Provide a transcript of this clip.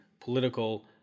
political